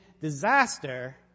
disaster